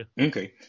Okay